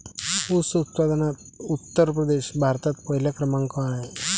ऊस उत्पादनात उत्तर प्रदेश भारतात पहिल्या क्रमांकावर आहे